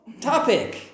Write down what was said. topic